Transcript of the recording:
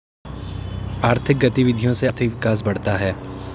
आर्थिक गतविधियों से आर्थिक विकास बढ़ता है